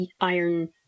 iron